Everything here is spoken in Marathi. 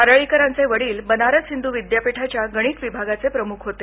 नारळीकरांचे वडील बनारस हिंदू विद्यापीठाच्या गणित विभागाचे प्रम्ख होते